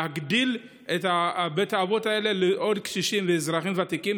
להגדיל את בית האבות לעוד קשישים ואזרחים ותיקים